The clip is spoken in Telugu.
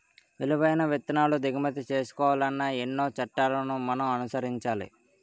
విలువైన విత్తనాలు దిగుమతి చేసుకోవాలన్నా ఎన్నో చట్టాలను మనం అనుసరించాలి